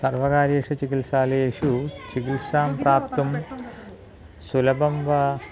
सर्वकार्येषु चिकित्सालयेषु चिकित्सां प्राप्तुं सुलभं वा